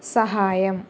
സഹായം